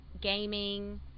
gaming